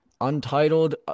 untitled